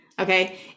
Okay